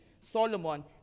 Solomon